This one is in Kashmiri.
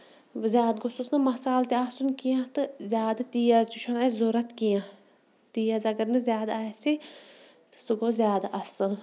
زیادٕ گوٚوژھس نہٕ مَسالہٕ تہِ آسُن کیٚنٛہہ تہٕ زیادٕ تیز تہِ چھُنہٕ اَسہِ ضروٗرت کیٚنٛہہ تیز اَگر نہٕ زیادٕ آسہِ تہٕ سُہ گوٚو زیادٕ اَصٕل